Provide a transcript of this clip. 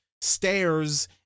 stairs